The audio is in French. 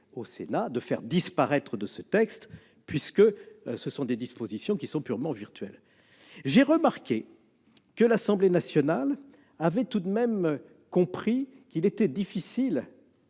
au Sénat de faire disparaître de ce projet de loi, puisque ces dispositions sont purement virtuelles. J'ai remarqué que l'Assemblée nationale avait tout de même compris qu'il était difficile